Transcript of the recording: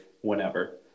whenever